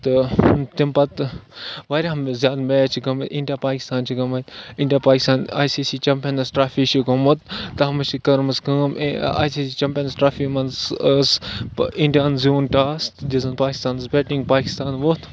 تہٕ تَمہِ پَتہٕ واریاہ میچ چھِ گٔمٕتۍ اِنٛڈیا پاکِستان چھِ گٔمٕتۍ India Pakistan I C C champions trophy چھُ گوٚمُت تَتھ منٛز چھِ کٔرمٕژ کٲم I C C champions trophy منٛز ٲس اِنٛڈیاہَن زیوٗن ٹاس دِژٕن پاکِستانَس بیٹِنٛگ پاکِستان ووٚتھ